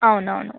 అవును అవును